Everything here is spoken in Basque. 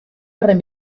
horren